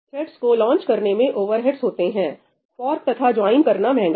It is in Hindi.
थ्रेड्स को लॉन्च करने में ओवरहेड्स होते हैं फॉर्क तथा ज्वाइन करना महंगा है